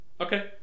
okay